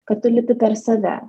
kad tu lipi per save